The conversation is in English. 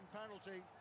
penalty